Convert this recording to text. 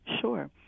Sure